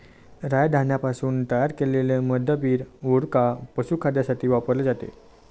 राय धान्यापासून तयार केलेले मद्य पीठ, वोडका, पशुखाद्यासाठी वापरले जाते